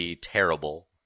terrible